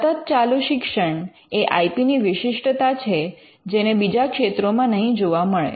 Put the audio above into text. સતત ચાલુ શિક્ષણ એ આઇ પી ની વિશિષ્ટતા છે જેને બીજા ક્ષેત્રોમાં નહીં જોવા મળે